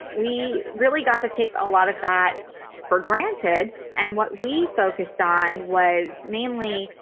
we really got to take a lot of that for granted and what we focused on was mainly,